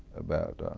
about